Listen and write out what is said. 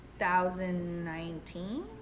2019